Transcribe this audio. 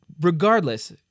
Regardless